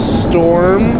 storm